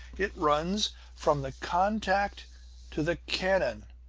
it runs from the contact to the cannon